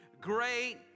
great